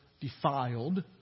defiled